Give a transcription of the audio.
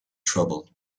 trouble